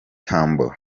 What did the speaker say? tambo